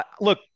look